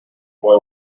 boy